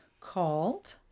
called